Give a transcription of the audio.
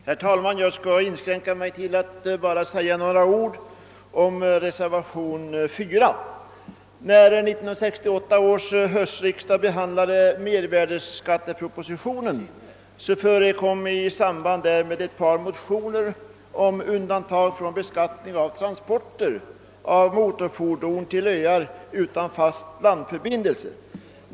Herr talman! Jag skall inskränka mig till att säga några ord om reservationen 4. När 1968 års höstriksdag behandlade mervärdeskattepropositionen förelåg ett par motioner om undantag från beskattning av transporter av motorfordon till öar utan fast landförbindelse.